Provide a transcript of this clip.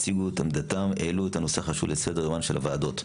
הציגו את עמדתם והעלו את הנושא החשוב לסדר יומן של הוועדות.